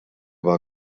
war